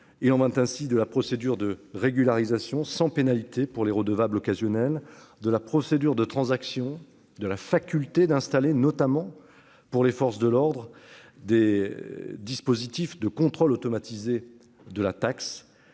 Il en est ainsi de la procédure de régularisation sans pénalité pour les redevables occasionnels, de la procédure de transaction, ou de la faculté d'installer, notamment pour les forces de l'ordre, des dispositifs de contrôle automatisés de la taxe.